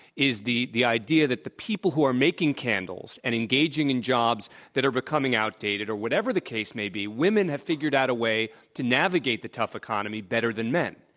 is the the idea that the people who are making candles and engaging in jobs that are becoming outdated or whatever the case may be, women have figured out a way to navigate the tough economy better than men.